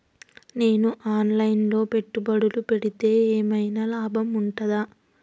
నేను online లో పెట్టుబడులు పెడితే ఏమైనా లాభం ఉంటదా?